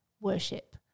worship